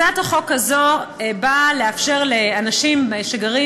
הצעת החוק הזאת נועדה לאפשר לאנשים שגרים